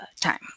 time